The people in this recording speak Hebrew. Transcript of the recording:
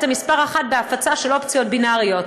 אתם מספר אחת בהפצה של אופציות בינאריות.